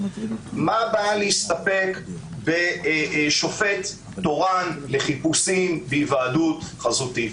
מה הבעיה להסתפק בשופט תורן לחיפושים בהיוועדות חזותית?